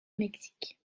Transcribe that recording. mexique